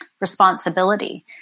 responsibility